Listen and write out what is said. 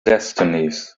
destinies